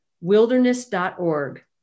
wilderness.org